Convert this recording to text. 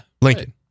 Lincoln